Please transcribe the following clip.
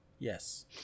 Yes